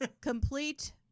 Complete